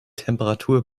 temperatur